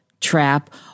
trap